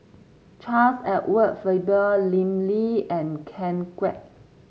Charles Edward Faber Lim Lee and Ken Kwek